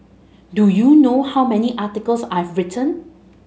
do you know how many articles I've written